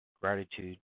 Gratitude